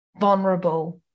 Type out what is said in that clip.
vulnerable